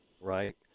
right